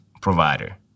provider